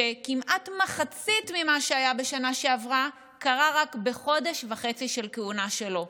כשכמעט מחצית ממה שהיה בשנה שעברה קרה רק בחודש וחצי של כהונה שלו.